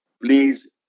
please